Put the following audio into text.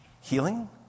healing